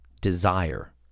desire